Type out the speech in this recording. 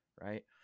right